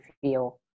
feel